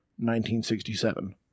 1967